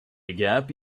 gap